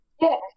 Yes